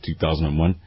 2001